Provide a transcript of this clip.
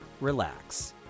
relax